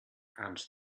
and